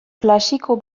klasiko